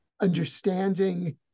understanding